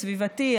הסביבתי,